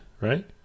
right